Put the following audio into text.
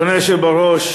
נפתלי, בסדר.